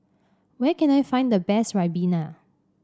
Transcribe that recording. where can I find the best Ribena